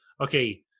okay